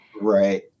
Right